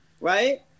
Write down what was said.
right